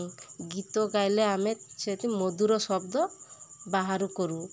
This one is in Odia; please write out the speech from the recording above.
ଗୀତ ଗାଇଲେ ଆମେ ସେଇଠି ମଧୁର ଶବ୍ଦ ବାହାର କରୁ